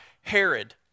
Herod